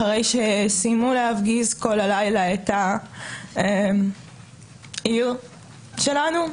אחרי שסיימו להפגיז כל הלילה את העיר שלנו,